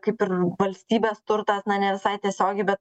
kaip ir valstybės turtas na ne visai tiesiogiai bet